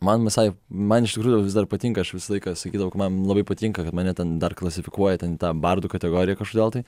man visai man iš tikrųjų vis dar patinka aš visą laiką sakydavau ka man labai patinka kad mane ten dar klasifikuoja ten į tą bardų kategoriją kažkodėl tai